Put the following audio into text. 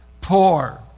poor